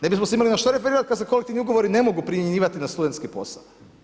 Ne bismo se imali na što referirati kad se kolektivni ugovori ne mogu primjenjivati na studentski posao.